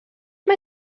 mae